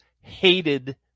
hated